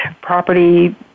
property